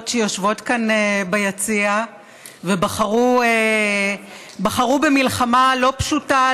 שיושבות כאן ביציע ובחרו במלחמה לא פשוטה,